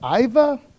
Iva